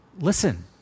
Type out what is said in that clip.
listen